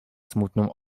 smutną